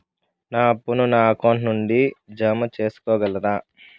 నా అప్పును నా అకౌంట్ నుండి జామ సేసుకోగలరా?